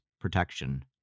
protection